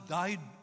died